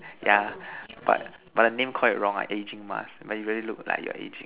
yeah but but the name quite wrong eh aging mask make you really look like you're aging